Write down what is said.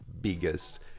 biggest